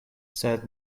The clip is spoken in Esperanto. sed